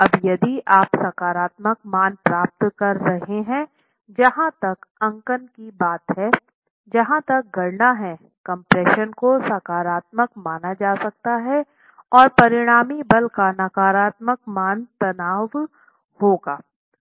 अब यदि आप सकारात्मक मान प्राप्त कर रहे हैं जहाँ तक अंकन की बात है जहाँ तक गणना हैं कम्प्रेशन को सकारात्मक माना जाता है और परिणामी बल का नकारात्मक मान तनाव होगा